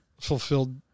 fulfilled